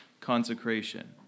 consecration